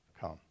come